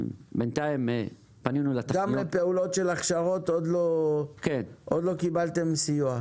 בינתיים פנינו לטכניון --- גם לפעולות של הכשרות עוד לא קיבלתם סיוע?